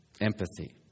Empathy